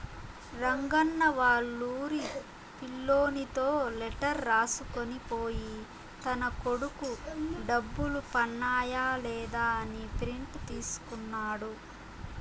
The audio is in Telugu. రంగన్న వాళ్లూరి పిల్లోనితో లెటర్ రాసుకొని పోయి తన కొడుకు డబ్బులు పన్నాయ లేదా అని ప్రింట్ తీసుకున్నాడు